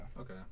Okay